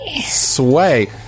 Sway